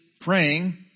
praying